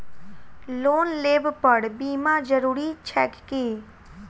Loan लेबऽ पर बीमा जरूरी छैक की?